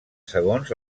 segons